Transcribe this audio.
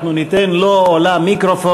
אנחנו ניתן לו או לה מיקרופון.